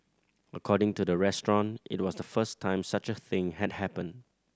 according to the restaurant it was the first time such a thing had happened